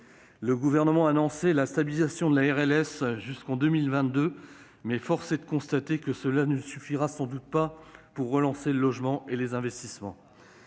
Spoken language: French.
Le Gouvernement a annoncé la stabilisation de la RLS jusqu'en 2022, mais force est de constater que cela ne suffira sans doute pas pour relancer le logement et les investissements,